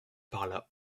parla